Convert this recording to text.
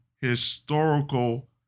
historical